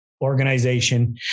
organization